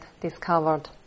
discovered